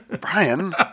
Brian